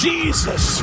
Jesus